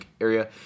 area